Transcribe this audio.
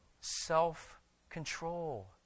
Self-control